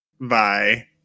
Bye